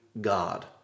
God